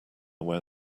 where